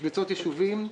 במשבצות ישובים.